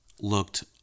looked